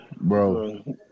Bro